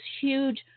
huge